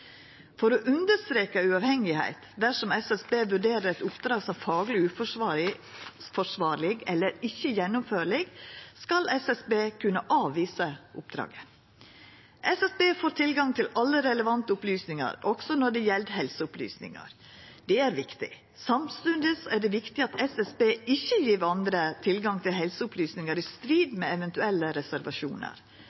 For å understreka uavhengigheit: Dersom SSB vurderer eit oppdrag som fagleg uforsvarleg eller ikkje gjennomførleg, skal dei kunna avvisa oppdraget. SSB får tilgang til alle relevante opplysingar, også helseopplysningar. Det er viktig. Samstundes er det viktig at SSB ikkje gjev andre tilgang til helseopplysningar i strid